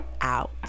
out